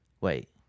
wait